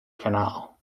canal